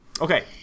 okay